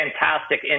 fantastic